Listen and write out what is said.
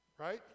Right